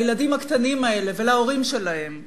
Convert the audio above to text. לילדים הקטנים האלה ולהורים שלהם,